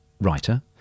writer